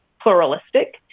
pluralistic